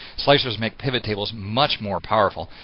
slicers make pivot tables much more powerful.